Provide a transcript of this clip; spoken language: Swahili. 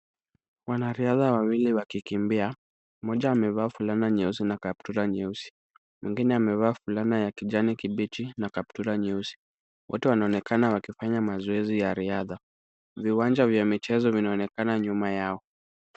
Wanariadha wawili wakikimbia. Mmoja amevaa fulana nyeusi na kaptura nyeusi. Mwingine amevaa fulana ya kijani kibichi na kaptura nyeusi. Wote wanaonekana wakifanya mazoezi ya riadha. Viwanja vya michezo vinaonekana nyuma yao.